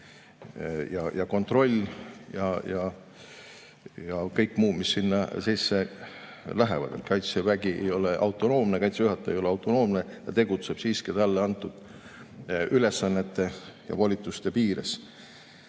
ja kontroll ja kõik muu, mis sinna sisse läheb. Kaitsevägi ei ole autonoomne, Kaitseväe juhataja ei ole autonoomne, ta tegutseb talle antud ülesannete ja volituste piires. Nüüd